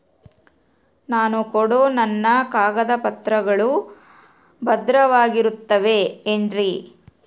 ನಾನು ಕೊಡೋ ನನ್ನ ಕಾಗದ ಪತ್ರಗಳು ಭದ್ರವಾಗಿರುತ್ತವೆ ಏನ್ರಿ?